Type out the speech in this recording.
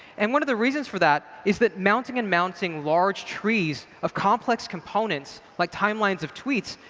and one of the reasons for that is that mounting, unmounting large trees of complex components, like timelines of tweets,